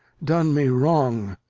done me wrong.